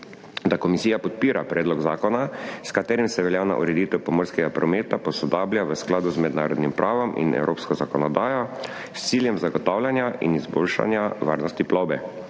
da komisija podpira predlog zakona, s katerim se veljavna ureditev pomorskega prometa posodablja v skladu z mednarodnim pravom in evropsko zakonodajo s ciljem zagotavljanja in izboljšanja varnosti plovbe.